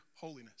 holiness